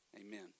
Amen